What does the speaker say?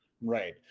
Right